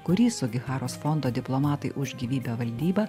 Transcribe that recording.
kurį sugiharos fondo diplomatai už gyvybę valdyba